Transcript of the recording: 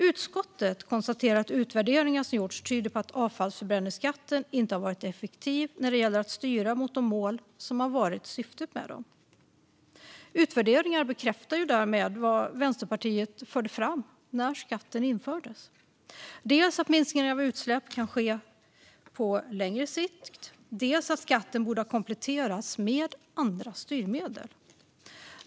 Utskottet konstaterar att utvärderingar som gjorts tyder på att avfallsförbränningsskatten inte har varit effektiv när det gäller att styra mot de mål som varit syftet med den. Utvärderingarna bekräftar därmed vad Vänsterpartiet förde fram när skatten infördes: dels att minskningen av utsläpp kan ske på längre sikt, dels att skatten borde ha kompletterats med andra styrmedel.